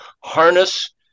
harness